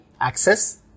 access